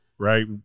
right